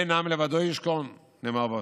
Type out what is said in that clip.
הן עם לבדו ישכון, נאמר בפסוק,